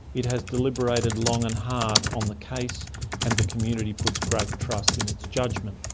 it has deliberated long and hard on the case and the community puts great trust in its judgement.